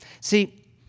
See